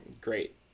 Great